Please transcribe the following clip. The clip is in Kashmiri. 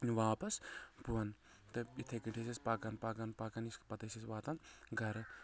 واپس بۄن تہٕ اِتھٕے کٲٹھۍ ٲسۍ أسۍ پکان پکان پکان پتہٕ ٲسۍ أسۍ واتان گرٕ